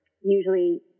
usually